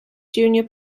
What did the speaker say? junior